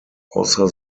außer